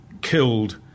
killed